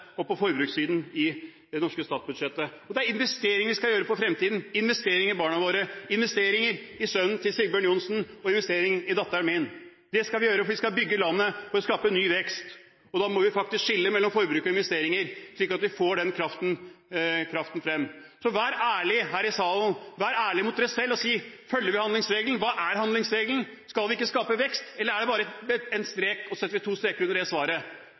og på forbrukssiden i det norske statsbudsjettet. Det er investeringer vi skal gjøre for fremtiden – investeringer i barna våre, investeringer i sønnen til Sigbjørn Johnsen og investeringer i datteren min. Det skal vi gjøre. Vi skal bygge landet og skape ny vekst. Da må vi faktisk skille mellom forbruk og investeringer, slik at vi får den kraften frem. Vær ærlig her i salen! Vær ærlig mot dere selv og si: Følger vi handlingsregelen? Hva er handlingsregelen? Skal vi ikke skape vekst? Eller er det bare en strek? Og så setter vi to streker under det svaret.